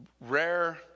rare